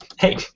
Hey